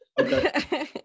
Okay